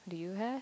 do you have